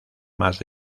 más